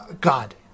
God